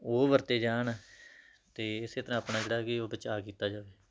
ਉਹ ਵਰਤੇ ਜਾਣ ਅਤੇ ਇਸੇ ਤਰ੍ਹਾਂ ਆਪਣਾ ਜਿਹੜਾ ਕਿ ਉਹ ਬਚਾਅ ਕੀਤਾ ਜਾਵੇ